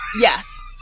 Yes